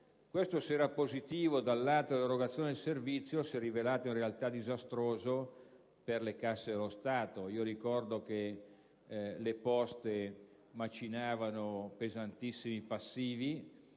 Se ciò era positivo dal lato dell'erogazione del servizio, si è rivelato disastroso per le casse dello Stato. Ricordo che le Poste macinavano pesantissimi passivi;